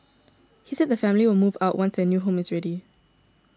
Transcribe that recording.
he said the family will move out once their new home is ready